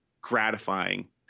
gratifying